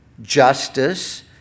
justice